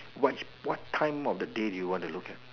what what time of the day do you want to look at